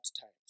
times